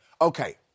Okay